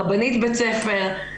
רבנית בית ספר,